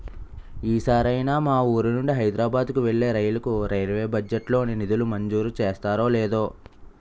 ఈ సారైనా మా వూరు నుండి హైదరబాద్ కు వెళ్ళే రైలుకు రైల్వే బడ్జెట్ లో నిధులు మంజూరు చేస్తారో లేదో